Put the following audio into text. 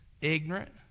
ignorant